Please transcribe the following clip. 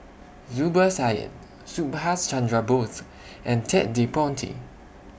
Zubir Said Subhas Chandra Bose and Ted De Ponti